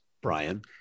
Brian